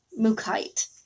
Mukite